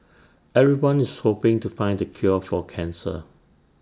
everyone is hoping to find the cure for cancer